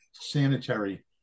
sanitary